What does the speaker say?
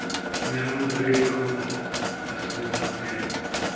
ᱢᱮᱨᱚᱢ ᱵᱷᱤᱲᱤ ᱠᱚ ᱟᱹᱥᱩᱞ ᱠᱟᱛᱮᱫ